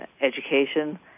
education